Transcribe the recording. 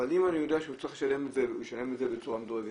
אבל אם הוא ישלם בצורה מדורגת,